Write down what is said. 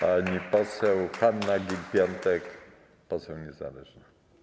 Pani poseł Hanna Gill-Piątek, poseł niezależna.